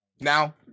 now